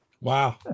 Wow